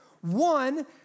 One